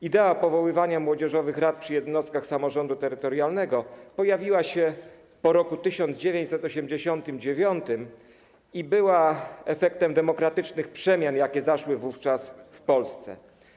Idea powoływania młodzieżowych rad przy jednostkach samorządu terytorialnego pojawiła się po roku 1989 i była efektem demokratycznych przemian, jakie zaszły wówczas w Polsce.